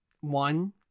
One